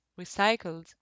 recycled